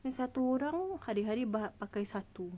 satu orang hari-hari pakai satu